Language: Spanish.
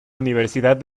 universidad